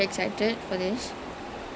it it seems ya